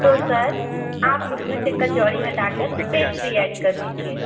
तो सर आप उसमें से कचौड़ी हटाकर पेस्ट्री ऐड कर दीजिए